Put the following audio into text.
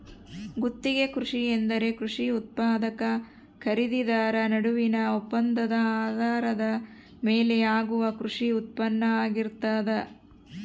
ಗುತ್ತಿಗೆ ಕೃಷಿ ಎಂದರೆ ಕೃಷಿ ಉತ್ಪಾದಕ ಖರೀದಿದಾರ ನಡುವಿನ ಒಪ್ಪಂದದ ಆಧಾರದ ಮೇಲೆ ಆಗುವ ಕೃಷಿ ಉತ್ಪಾನ್ನ ಆಗಿರ್ತದ